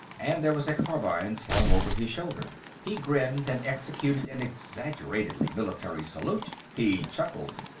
and there was a carbine slung over his shoulder. he grinned and executed an exaggeratedly military salute. he chuckled.